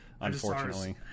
unfortunately